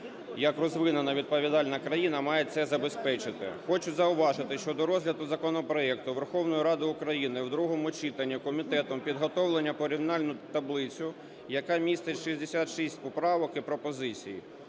як розвинена, відповідальна країна має це забезпечити. Хочу зауважити, що до розгляду законопроекту Верховною Радою України в другому читанні комітетом підготовлено порівняльну таблицю, яка містить 66 поправок і пропозицій,